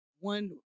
one